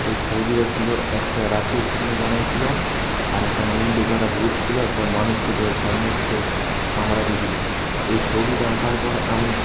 সেই ছবিটা ছিল একটা রাতের সিন বানিয়েছিলাম আর একটা মুণ্ডকাটা ভূত ছিল একটা মানুষকে ধরে ঘাড় মটকে কামড়াইতেছিল এই ছবিটা আঁকার পর আমি